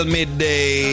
midday